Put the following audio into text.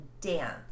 dance